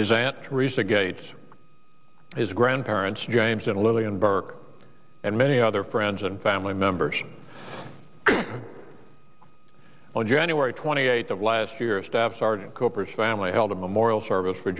his aunt theresa gates is grandparents james and lily and burke and many other friends and family members on january twenty eighth of last year a staff sergeant cooper's family held a memorial service for